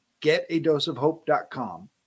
getadoseofhope.com